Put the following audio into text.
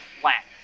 flat